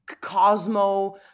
cosmo